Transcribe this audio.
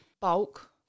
bulk